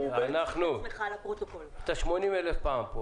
אני, סמנכ"ל בכיר במשרד